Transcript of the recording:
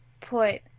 put